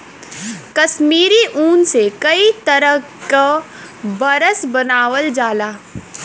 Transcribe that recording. कसमीरी ऊन से कई तरे क बरस बनावल जाला